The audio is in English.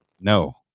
no